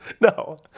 No